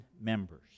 members